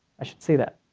i should say that.